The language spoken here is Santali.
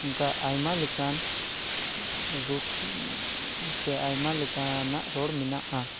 ᱚᱱᱠᱟ ᱟᱭᱢᱟ ᱞᱮᱠᱟᱱ ᱨᱩᱯ ᱪᱮ ᱟᱭᱢᱟ ᱞᱮᱠᱟᱱᱟᱜ ᱨᱚᱲ ᱢᱮᱱᱟᱜᱼᱟ